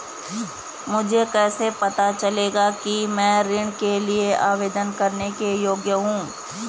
मुझे कैसे पता चलेगा कि मैं ऋण के लिए आवेदन करने के योग्य हूँ?